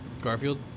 Garfield